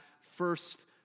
first